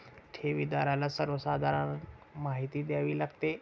ठेवीदाराला सर्वसाधारण माहिती द्यावी लागते